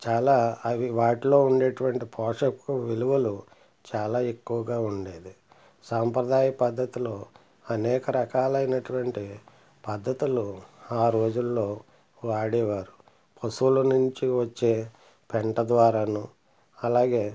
చాలా అవి వాటిలో ఉండేటువంటి పోషక విలువలు చాలా ఎక్కువగా ఉండేది సాంప్రదాయ పద్ధతిలో అనేక రకాలైనటువంటి పద్ధతులు ఆ రోజుల్లో వాడేవారు పశువుల నుంచి వచ్చే పెంట ద్వారాను అలాగే